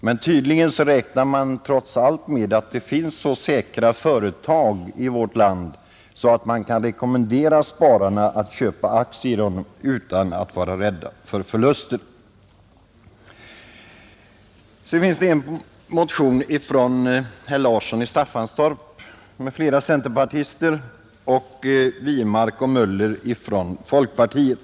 Men tydligen räknar man, trots allt, med att det finns så säkra företag i vårt land att man kan rekommendera spararna att köpa aktier utan att vara rädda för förluster. I skatteutskottets betänkande nr 37 behandlas bl.a. en motion av herr Larsson i Staffanstorp m.fl. centerpartister och en motion av herrar Wirmark och Möller i Göteborg från folkpartiet.